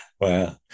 wow